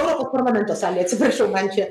europos parlamento salėj atsiprašau man čia